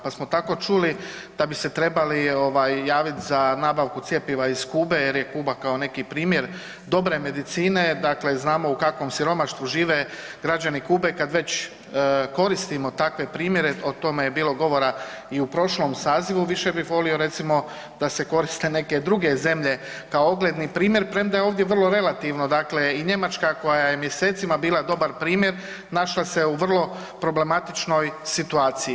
Pa smo tako čuli da bi se trebali ovaj javiti za nabavku cjepiva iz Kube jer je Kuba kao neki primjer dobre medicine, dakle znamo u kakvom siromaštvu žive građani Kube kad već koristimo takve primjere o tome je bilo govora i u prošlom sazivu više bih volio recimo da se koriste neke druge zemlje kao ogledni primjer premda je ovdje vrlo relativno, dakle i Njemačka koja je mjesecima bila dobar primjer našla se u vrlo problematičnoj situaciji.